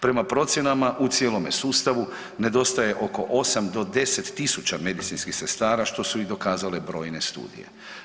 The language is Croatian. Prema procjenama u cijelome sustavu nedostaje oko 8 do 10.000 medicinskih sestara što su i dokazale brojne studije.